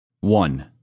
One